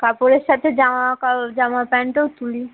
কাপড়ের সাথে জামা কা জামা প্যান্টও তুলি